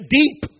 deep